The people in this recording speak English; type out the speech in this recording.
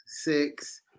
six